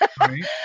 Right